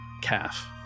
Calf